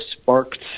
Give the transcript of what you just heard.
sparked